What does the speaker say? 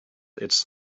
its